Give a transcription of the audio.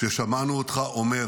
כששמענו אותך אומר: